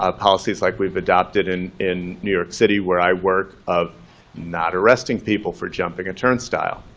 ah policies like we've adopted in in new york city, where i work, of not arresting people for jumping a turnstile.